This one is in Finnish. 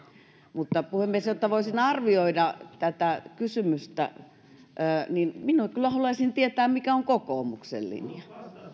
mutta puhemies jotta voisin arvioida tätä kysymystä minä kyllä haluaisin tietää mikä on kokoomuksen linja